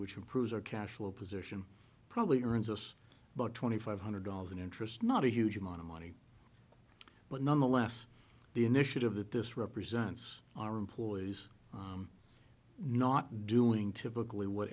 which improves our cash flow position probably earns us about twenty five hundred dollars in interest not a huge amount of money but nonetheless the initiative that this represents are employees not doing typically what